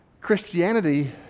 Christianity